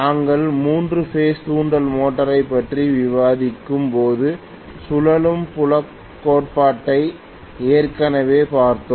நாங்கள் மூன்று பேஸ் தூண்டல் மோட்டரைப் பற்றி விவாதிக்கும் போது சுழலும் புலக் கோட்பாட்டை ஏற்கனவே பார்த்தோம்